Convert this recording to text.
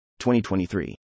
2023